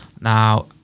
now